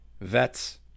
Vets